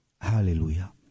Hallelujah